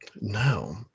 No